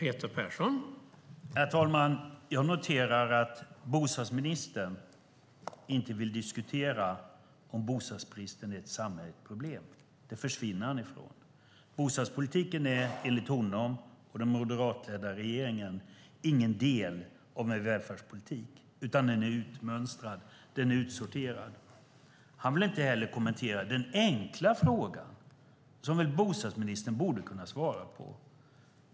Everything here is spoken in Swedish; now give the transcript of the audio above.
Herr talman! Jag noterar att bostadsministern inte vill diskutera om bostadsbristen är ett samhälleligt problem. Det försvinner han ifrån. Bostadspolitiken är enligt honom och den moderatledda regeringen ingen del av en välfärdspolitik, utan den är utmönstrad. Den är utsorterad. Han vill inte heller kommentera den enkla frågan, som väl bostadsministern borde kunna svara på.